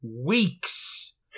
weeks